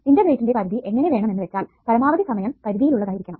ഇന്റഗ്രേഷന്റെ പരിധി എങ്ങനെ വേണം എന്ന് വെച്ചാൽ പരമാവധി സമയ പരിധിയിൽ ഉള്ളതായിരിക്കണം